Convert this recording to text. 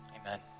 Amen